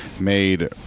made